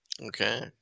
Okay